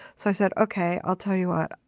so i said, okay, i'll tell you what.